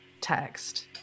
text